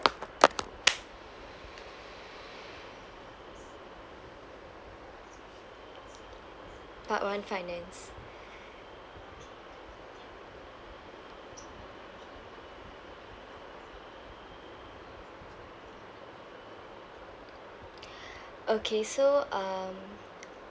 part one finance okay so um